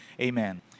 amen